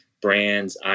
brands